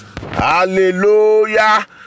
Hallelujah